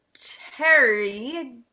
Terry